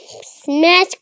Smash